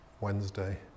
Wednesday